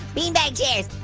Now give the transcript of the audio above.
beanbag chairs.